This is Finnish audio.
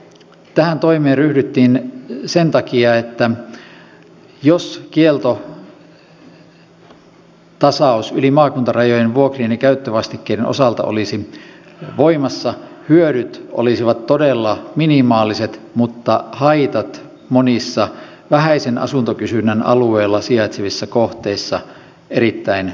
tähän toimeen ryhdyttiin sen takia että jos kielto yli maakuntarajojen olisi vuokrien ja käyttövastikkeiden osalta voimassa hyödyt olisivat todella minimaaliset mutta haitat monissa vähäisen asuntokysynnän alueella sijaitsevissa kohteissa erittäin suuret